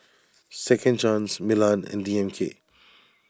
Second Chance Milan and D M K